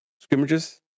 scrimmages